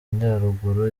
majyaruguru